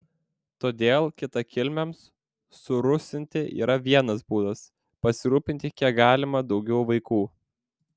todėl kitakilmiams surusinti yra vienas būdas pasirūpinti kiek galima daugiau vaikų